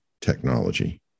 technology